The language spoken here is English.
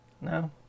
No